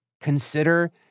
consider